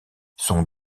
son